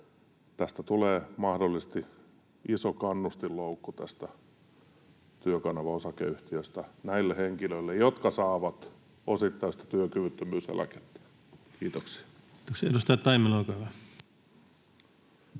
Oy:stä tulee mahdollisesti iso kannustinloukku näille henkilöille, jotka saavat osittaista työkyvyttömyyseläkettä. — Kiitoksia. Kiitoksia. — Edustaja Taimela,